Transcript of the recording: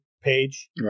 page